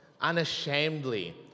unashamedly